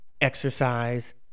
exercise